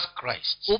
Christ